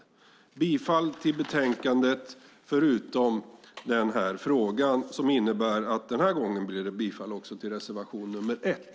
Jag yrkar bifall till utskottets förslag förutom i den här frågan, som innebär att den här gången yrkar jag bifall också till reservation nr 1.